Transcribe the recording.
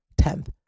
10th